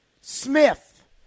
Smith